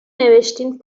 نوشتین